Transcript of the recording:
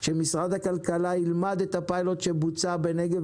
שמשרד הכלכלה ילמד את הפיילוט שבוצע בנגב